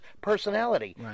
personality